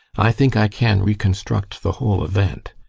i think i can reconstruct the whole event.